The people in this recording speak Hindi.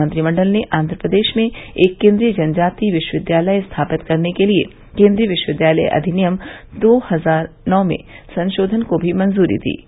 मंत्रिमंडल ने आंध्रप्रदेश में एक केन्द्रीय जनजाति विश्वविद्यालय स्थापित करने के लिए केन्द्रीय विश्वविद्यालय अधिनियम दो हजार नौ में संशोधन को भी मंजूरी दी है